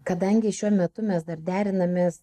kadangi šiuo metu mes dar derinamės